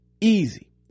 Easy